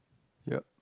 yup